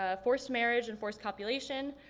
ah forced marriage and forced copulation,